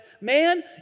man